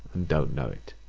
and don't know it.